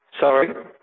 Sorry